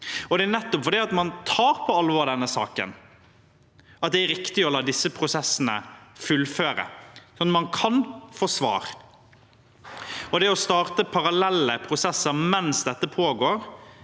Det er nettopp fordi man tar denne saken på alvor, at det er riktig at disse prosessene fullføres. Man kan få svar. Ved å starte parallelle prosesser mens dette pågår,